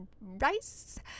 rice